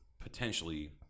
potentially